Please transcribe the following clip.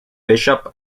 bishop